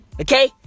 Okay